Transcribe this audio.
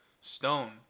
Stone